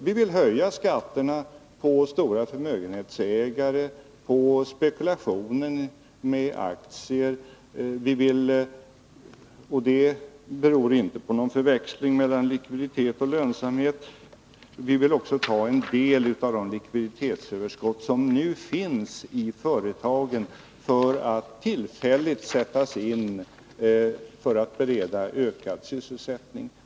Vi vill höja skatterna på stora förmögenhetsägare och på spekulation med aktier. Vi anser det också motiverat att ta en del av de likviditetsöverskott som nu finns i företagen och sätta in dessa överskott för att bereda sysselsättning.